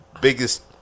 biggest